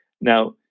Now